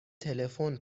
تلفن